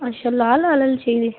अच्छा लाल आह्ले चाहिदे